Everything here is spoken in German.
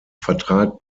vertrag